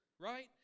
right